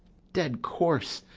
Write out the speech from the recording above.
dead corse,